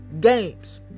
games